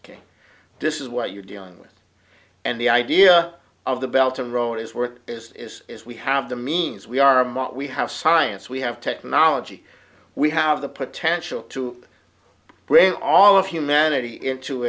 ok this is what you're dealing with and the idea of the belt of the road is where it is is is we have the means we are in what we have science we have technology we have the potential to bring all of humanity into